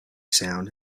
sound